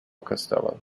costello